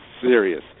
serious